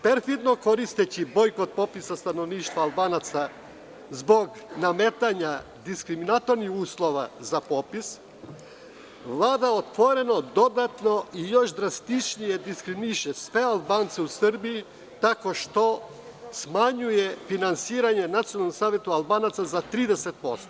Perfidno koristeći bojkot popisa stanovništva Albanaca zbog nametanja diskriminatorskih uslova za popis, Vlada otvoreno i još drastičnije diskriminiše sve Albance u Srbiji tako što smanjuje finansiranje Nacionalnom savetu Albanaca za 30%